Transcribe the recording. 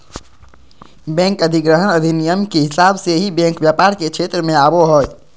bank अधिग्रहण अधिनियम के हिसाब से ही बैंक व्यापार के क्षेत्र मे आवो हय